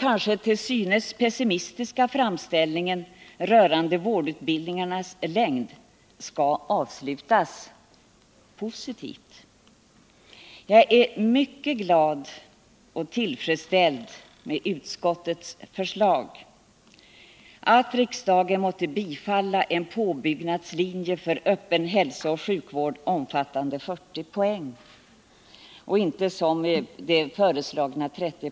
Den till synes pessimistiska framställningen rörande vårdutbildningarnas längd skall avslutas positivt. Jag är mycket glad över och tillfredsställd med utskottets förslag, att riksdagen måtte bifalla inrättandet av en påbyggnadslinje för öppen hälsooch sjukvård omfattande 40 poäng — inte de i propositionen föreslagna 30